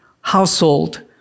household